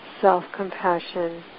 self-compassion